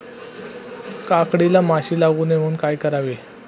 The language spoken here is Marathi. काकडीला माशी लागू नये म्हणून काय करावे?